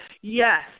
yes